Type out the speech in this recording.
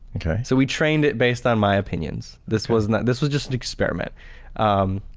so we trained it based on my opinions, this was not this was just an experiment. um,